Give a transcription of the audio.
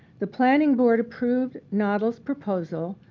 the planning board approved noddle's proposal,